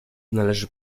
należy